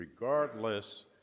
regardless